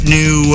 new